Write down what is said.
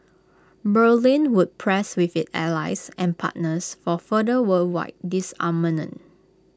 Berlin would press with its allies and partners for further worldwide disarmament